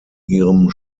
ihrem